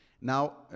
Now